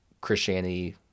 Christianity